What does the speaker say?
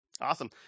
Awesome